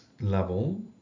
level